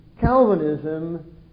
Calvinism